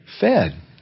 fed